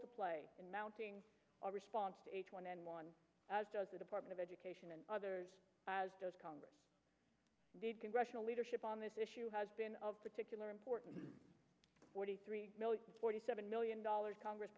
to play in mounting our response to h one n one as does the department of education and others as does congress need congressional leadership on this issue has been of particular importance forty three million forty seven million dollars congress